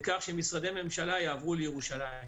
בכך שמשרדי הממשלה יעברו לירושלים.